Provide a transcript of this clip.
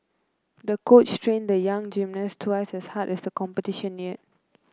the coach trained the young gymnast twice as hard as the competition neared